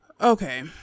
Okay